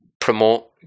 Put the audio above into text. promote